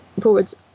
forwards